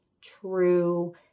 true